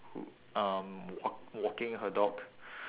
wh~ um walk~ walking her dog